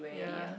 ya